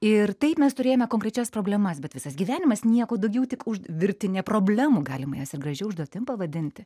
ir taip mes turėjome konkrečias problemas bet visas gyvenimas nieko daugiau tik virtinė problemų galima jas ir gražia užduotim pavadinti